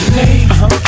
name